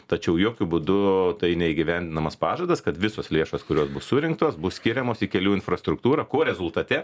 tačiau jokiu būdu tai neįgyvendinamas pažadas kad visos lėšos kurios bus surinktos bus skiriamos į kelių infrastruktūrą ko rezultate